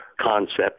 concept